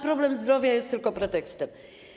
Problem zdrowia jest tylko pretekstem.